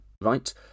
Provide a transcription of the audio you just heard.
right